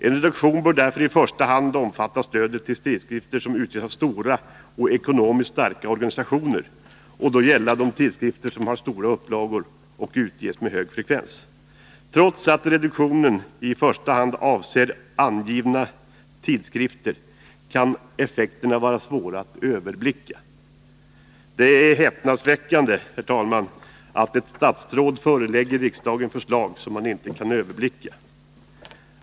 En reduktion bör därför i första hand omfatta stödet till tidskrifter som utges av stora och ekonomiskt starka organisationer och då gälla de tidskrifter som har stora upplagor och utges med hög frekvens. Trots att reduktionen i första hand avser angivna tidskrifter kan effekterna vara svåra att överblicka.” Det är häpnadsväckande, herr talman, att ett statsråd förelägger riksdagen förslag som han inte kan överblicka.